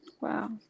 Wow